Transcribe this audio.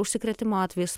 užsikrėtimo atvejis